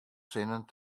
zinnen